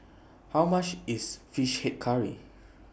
How much IS Fish Head Curry